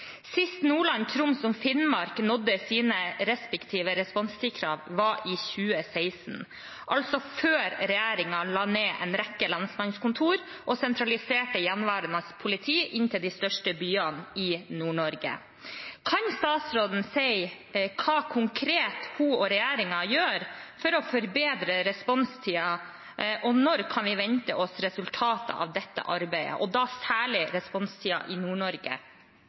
Sist Nordland, Troms og Finnmark nådde sine respektive responstidskrav, var i 2016, altså før regjeringen la ned en rekke lensmannskontor og sentraliserte gjenværende politi inn til de største byene i Nord-Norge. Kan statsråden si hva hun og regjeringen konkret gjør for å forbedre responstiden, og da særlig responstiden i Nord-Norge, og når kan vi vente oss resultatet av dette arbeidet?